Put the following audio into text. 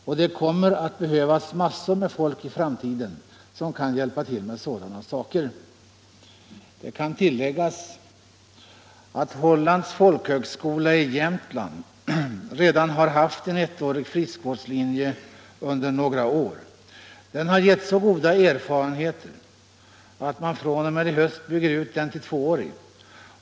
Och det kommer att behövas massor med folk i framtiden som kan hjälpa till med sådana saker.” Det kan tilläggas att Hållands folkhögskola i Jämtland redan har haft en ettårig friskvårdslinje under några år. Den har gett så goda erfarenheter att man fr.o.m. i höst bygger ut den till tvåårig.